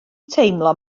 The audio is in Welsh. teimlo